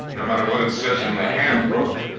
no matter what it says in the handbook.